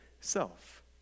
self